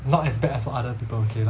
not as bad as what other people say lah